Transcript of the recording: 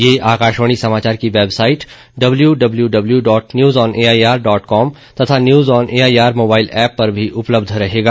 ये आकाशवाणी समाचार की website W W W dot news on A I R dot com तथा news on A I R mobile app पर भी उपलब्ध रहेगा